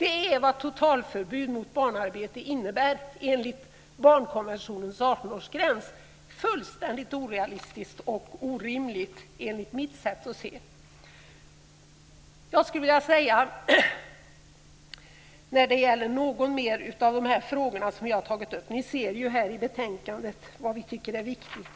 Det är vad totalförbud mot barnarbete innebär enligt barnkonventionens 18-årsgräns. Fullständigt orealistiskt och orimligt enligt mitt sätt att se. När det gäller de andra frågor som vi har tagit upp ser ni i betänkandet vad vi tycker är viktigt.